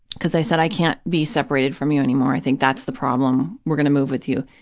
because i said, i can't be separated from you anymore, i think that's the problem, we're going to move with you,